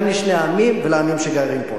גם לשני העמים ולעמים שגרים פה.